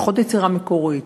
פחות יצירה מקורית,